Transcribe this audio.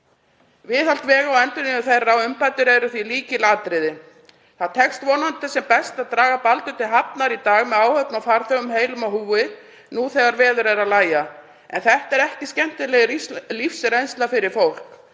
Viðhald vega og endurnýjun þeirra og umbætur eru því lykilatriði. Það tekst vonandi sem best að draga Baldur til hafnar í dag með áhöfn og farþegum heilum á húfi, nú þegar veður er að lægja. En þetta er ekki skemmtileg lífsreynsla fyrir fólk.